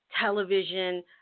television